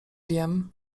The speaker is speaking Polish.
wiem